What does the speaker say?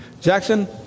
Jackson